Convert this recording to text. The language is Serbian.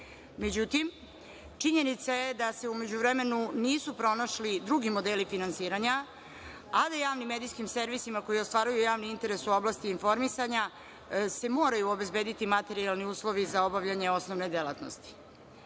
godine.Međutim, činjenica je da se u međuvremenu nisu pronašli drugi modeli finansiranja, a da javnim medijskim servisima koji ostvaruju javni interes u oblasti informisanja se moraju obezbediti materijalni uslovi za obavljanje osnovne delatnosti.U